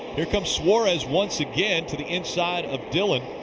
here comes suarez once again to the inside of dillon.